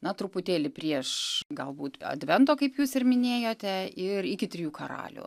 na truputėlį prieš galbūt advento kaip jūs ir minėjote ir iki trijų karalių